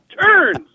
turns